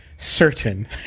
certain